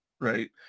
right